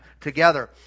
together